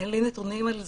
אין לי נתונים על זה,